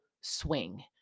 swing